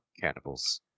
cannibals